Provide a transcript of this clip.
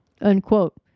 unquote